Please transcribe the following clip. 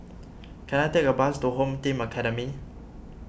can I take a bus to Home Team Academy